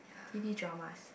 t_v dramas